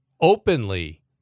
openly